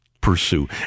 pursue